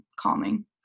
calming